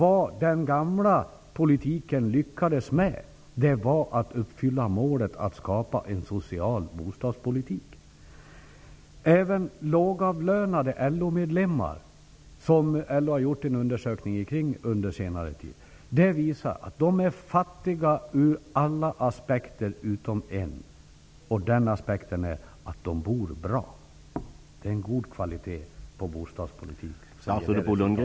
Vad den gamla politiken lyckades med var att uppfylla målet att skapa en social bostadspolitik. LO har gjort en undersökning om de lågavlönade LO medlemmarnas ekonomi. Den visar att dessa är fattiga ur alla aspekter utom en, och det är att de bor bra. Det är en god kvalitet på bostadspolitiken i Sverige.